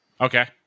Okay